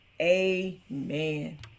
Amen